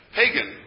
pagan